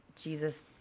Jesus